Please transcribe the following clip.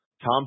Tom